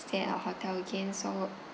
stay at our hotel again so